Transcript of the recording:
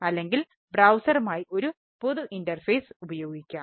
അതിനാൽബ്രൌസറിലൂടെയോ ഉപയോഗിക്കാം